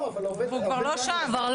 אבל הוא כבר לא שם.